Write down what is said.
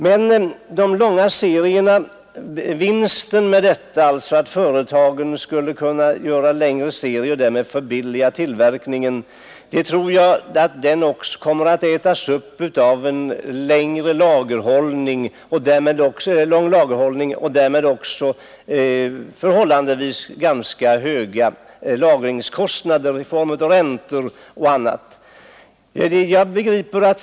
Men vinsten med att företagen skulle kunna göra längre serier och därmed förbilliga tillverkningen tror jag kommer att ätas upp av lång lagerhållning och därmed också förhållandevis höga lagringskostnader i form av räntor och annat.